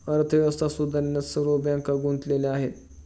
अर्थव्यवस्था सुधारण्यात सर्व बँका गुंतलेल्या आहेत